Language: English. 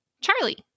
Charlie